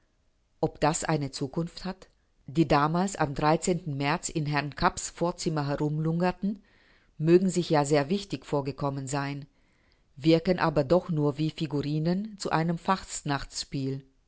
ob das eine zukunft hat die damals am märz in herrn kapps vorzimmer herumlungerten mögen sich ja sehr wichtig vorgekommen sein wirken aber doch nur wie figurinen zu einem